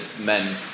men